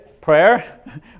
prayer